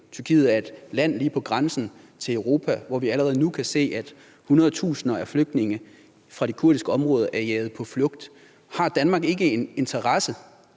Tyrkiet er et land lige på grænsen til Europa, hvor vi allerede nu kan se, at hundred tusinder af flygtninge fra de kurdiske områder er jaget på flugt. Har Danmark ikke en interesse